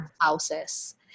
houses